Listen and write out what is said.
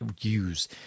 use